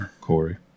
Corey